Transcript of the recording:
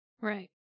Right